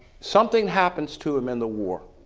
something happens to him in the war,